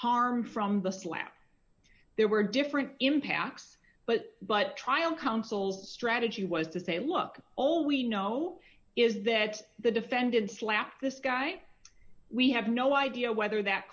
harm from the slap there were different impacts but but trial counsel strategy was to say look all we know is that the defendant's lack this guy we have no idea whether that